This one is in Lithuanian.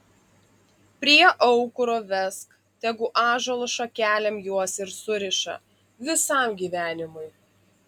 prie aukuro vesk tegu ąžuolo šakelėm juos ir suriša visam gyvenimui